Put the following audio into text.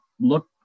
look